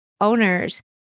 owners